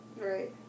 Right